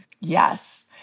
Yes